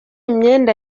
imyenda